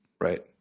Right